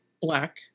Black